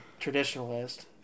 traditionalist